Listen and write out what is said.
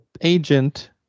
agent